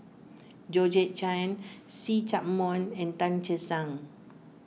Georgette Chen See Chak Mun and Tan Che Sang